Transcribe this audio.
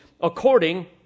according